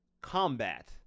Combat